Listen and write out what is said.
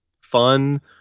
fun